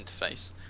interface